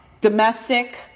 Domestic